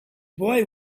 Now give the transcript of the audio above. boy